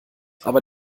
aber